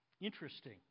Interesting